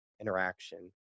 interaction